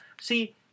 see